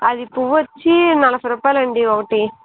అది పువ్వు వచ్చి నలభై రుపాయలండి ఒకటి